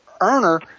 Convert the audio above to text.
earner